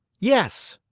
yes.